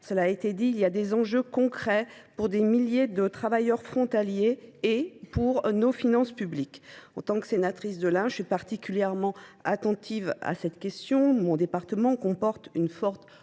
un texte qui recèle des enjeux concrets pour des milliers de travailleurs frontaliers et pour nos finances publiques. En tant que sénatrice de l’Ain, je suis particulièrement attentive à cette question. Mon département comporte une forte proportion